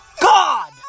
god